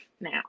now